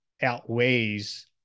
outweighs